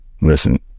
listen